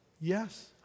Yes